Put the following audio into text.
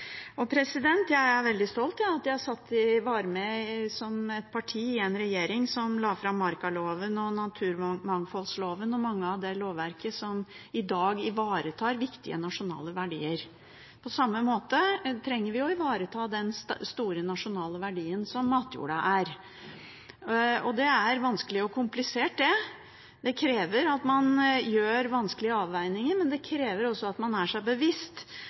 Jeg er veldig stolt over at jeg er med i et parti som var en del av den regjeringen som la fram markaloven, naturmangfoldloven og mye av det lovverket som i dag ivaretar viktige nasjonale verdier. På samme måte trenger vi å ivareta den store nasjonale verdien som matjorda er, og det er vanskelig og komplisert. Det krever at man gjør vanskelige avveininger, men det krever også at man er seg bevisst